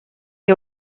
est